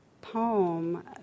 poem